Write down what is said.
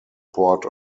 port